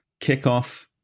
kickoff